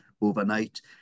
overnight